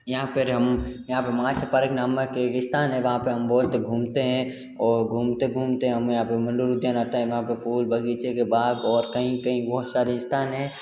यहाँ पर हम यहाँ पर माच पारक नामक एक स्थान है वहाँ पे हम बहुत घूमते हैं और घूमते घूमते हम यहाँ पे मंडोल उद्यान आता है वहाँ पे फूल बगीचे के बाग और कईं कईं बहुत सारे स्थान हैं